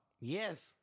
Yes